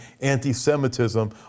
anti-semitism